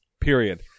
Period